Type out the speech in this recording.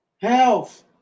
health